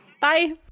Bye